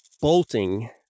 bolting